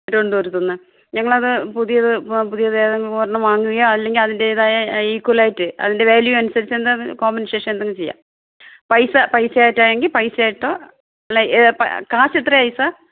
തിരുവനന്തപുരത്തു നിന്ന് ഞങ്ങളത് പുതിയത് പുതിയതേതെങ്കിലും ഒരെണ്ണം വാങ്ങുകയോ അല്ലെങ്കിൽ അതിൻ്റേതായ ഈക്വലായിട്ട് അതിൻ്റെ വാല്യു അനുസരിച്ചെന്താണെന്ന് കോമ്പൻഷേഷൻ എന്തെങ്കിലും ചെയ്യാം പൈസ പൈസയായിട്ടാണെങ്കിൽ പൈസയായിട്ടോ അല്ലെങ്കിൽ കാശ് എത്രയായി സാർ